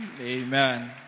Amen